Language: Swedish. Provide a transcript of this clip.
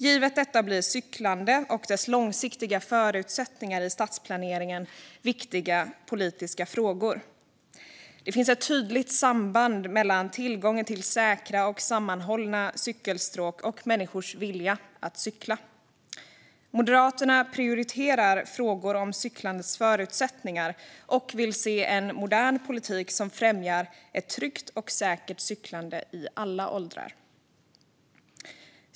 Givet detta blir cyklande och dess långsiktiga förutsättningar i stadsplaneringen viktiga politiska frågor. Det finns ett tydligt samband mellan tillgången till säkra och sammanhållna cykelstråk och människors vilja att cykla. Moderaterna prioriterar frågor om cyklandets förutsättningar och vill se en modern politik som främjar ett tryggt och säkert cyklande i alla åldrar.